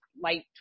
light